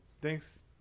thanks